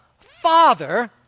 Father